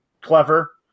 clever